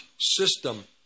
system